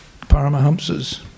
Paramahamsas